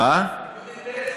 ניגוד אינטרסים.